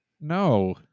no